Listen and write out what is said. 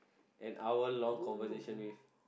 an hour long conversation with